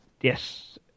yes